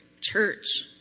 church